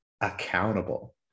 accountable